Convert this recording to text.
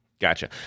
Gotcha